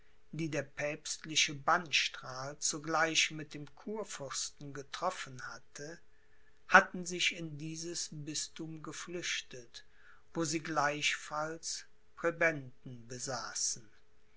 die der päpstliche bannstrahl zugleich mit dem kurfürsten getroffen hatte hatten sich in dieses bisthum geflüchtet wo sie gleichfalls präbenden besaßen